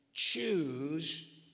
Choose